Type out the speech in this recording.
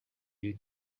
you